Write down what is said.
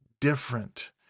different